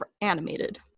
animated